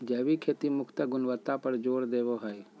जैविक खेती मुख्यत गुणवत्ता पर जोर देवो हय